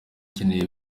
ukenewe